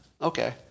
Okay